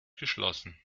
geschlossen